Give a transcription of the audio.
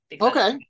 Okay